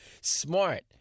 smart